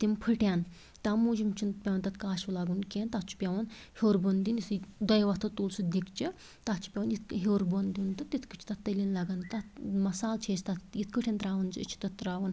تِم پھٕٹٮ۪ن تَوٕ موٗجوٗب چھُنہٕ پیٚوان تتھ کاشوٕ لاگُن کیٚنٛہہ تتھ چھُ پیٚوان ہیٛور بۄن دِنۍ یُتھٕے دۄیو اَتھو تُل سُہ دیٖگچہِ تتھ چھِ پیٚوان یِتھ کنۍ ہیٛور بۄن دیٛن تہٕ تتھۍ کٲٹھۍ چھ تتھ تٔلنۍ لگان تتھ مَصالہٕ چھِ أسۍ تتھ یِتھ کٲٹھۍ ترٛاوان أسۍ چھِ تتھ ترٛاوان